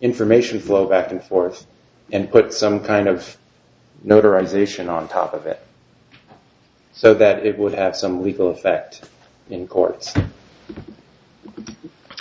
information flow back and forth and put some kind of notarized edition on top of it so that it would have some legal effect in courts